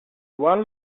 one